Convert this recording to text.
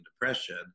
depression